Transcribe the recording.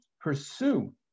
pursue